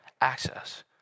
access